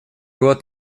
год